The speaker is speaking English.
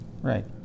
Right